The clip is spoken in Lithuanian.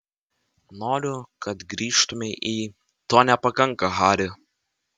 noriu kad grįžtumei į to nepakanka hari